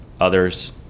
others